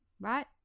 right